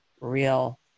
real